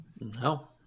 No